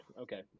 Okay